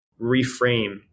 reframe